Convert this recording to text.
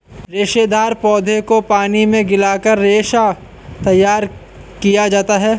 रेशेदार पौधों को पानी में गलाकर रेशा तैयार किया जाता है